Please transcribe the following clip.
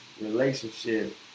relationship